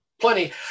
Plenty